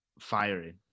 firing